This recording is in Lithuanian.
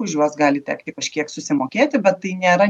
už juos gali tekti kažkiek susimokėti bet tai nėra